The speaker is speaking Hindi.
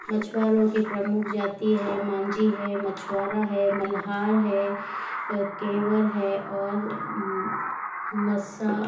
मछुवारों की प्रमुख जाती है मांजी है मछवारा है मल्हार है केवर है और मसा